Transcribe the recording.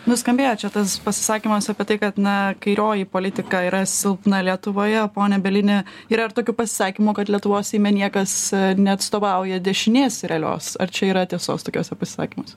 nuskambėjo čia tas pasisakymas apie tai kad na kairioji politika yra silpna lietuvoje pone bielini yra ir tokių pasisakymų kad lietuvos seime niekas neatstovauja dešinės realios ar čia yra tiesos tokiuose pasisakymuose